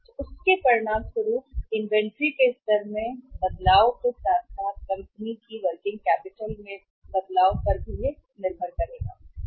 तो उस के परिणामस्वरूप होने जा रहा है कि इन्वेंट्री स्तर में बदलाव के साथ साथ नेट वर्किंग कैपिटल में बदलाव पर निर्भर करेगा कंपनी